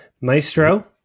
Maestro